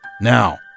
Now